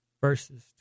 verses